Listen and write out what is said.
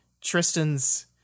Tristan's